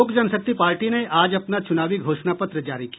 लोक जनशक्ति पार्टी ने आज अपना चुनावी घोषणा पत्र जारी किया